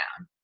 down